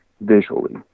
visually